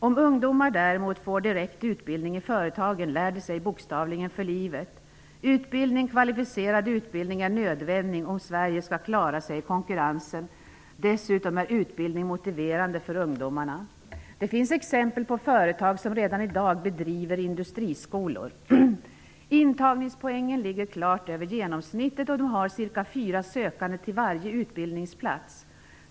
Om ungdomar däremot får direkt utbildning i företagen, lär de sig bokstavligen för livet. Kvalificerad utbildning är nödvändig om Sverige skall klara sig i konkurrensen. Dessutom är utbildning motiverande för ungdomarna. Det finns exempel på företag som redan i dag bedriver industriskolor. Intagningspoängen ligger klart över genomsnittet, och dessa skolor har cirka fyra sökande till varje utbildningsplats.